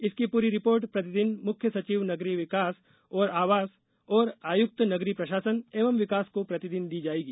इसकी पूरी रिपोर्ट प्रतिदिन प्रमुख सचिव नगरीय विकास और आवास और आयुक्त नगरीय प्रशासन एवं विकास को प्रतिदिन दी जायेगी